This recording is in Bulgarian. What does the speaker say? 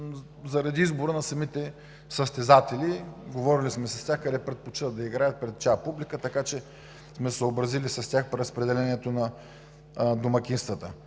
заради избора на самите състезатели – говорили сме с тях къде предпочитат да играят, пред чия публика, така че сме се съобразили с тях при разпределението на домакинствата.